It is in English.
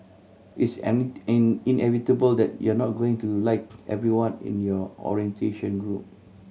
it's in inevitable that you're not going to like everyone in your orientation group